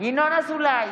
ינון אזולאי,